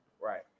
right